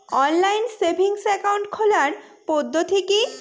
Online savings account খোলার পদ্ধতি কি?